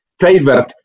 favorite